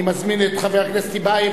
אני מזמין את חבר הכנסת טיבייב,